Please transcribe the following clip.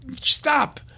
stop